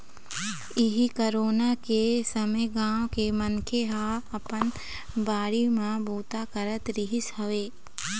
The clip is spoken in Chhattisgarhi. इहीं कोरोना के समे गाँव के मनखे ह अपन बाड़ी म बूता करत रिहिस हवय